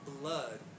blood